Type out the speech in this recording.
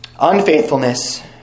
Unfaithfulness